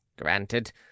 granted